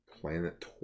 Planet